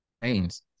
pains